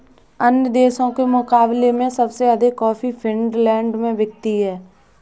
अन्य देशों के मुकाबले में सबसे अधिक कॉफी फिनलैंड में बिकती है